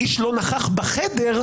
איש לא נכח בחדר,